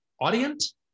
audience